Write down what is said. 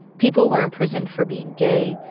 people were in prison for being gay,